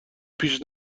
پیش